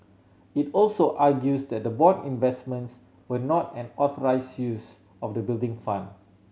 it also argues that the bond investments were not an authorise use of the Building Fund